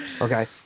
Okay